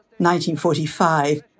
1945